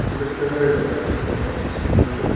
سُہ گَژھیو تۄہہِ وارِیاہ زیادٕ بہتر سٲنِس آفسَس پٮ۪ٹھ یُن تہٕ